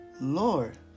Lord